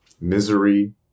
misery